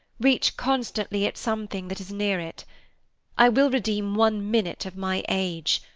reach constantly at some thing that is near it i will redeem one minute of my age,